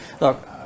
look